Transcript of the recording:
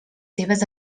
seves